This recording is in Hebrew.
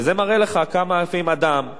וזה מראה לך כמה לפעמים אדם,